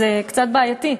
אז זה קצת בעייתי.